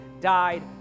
died